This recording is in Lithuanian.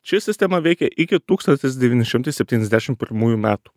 ši sistema veikė iki tūkstantis devyni šimtai septyniasdešim pirmųjų metų